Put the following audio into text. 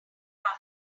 rough